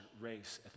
race